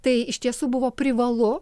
tai iš tiesų buvo privalu